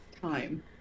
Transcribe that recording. time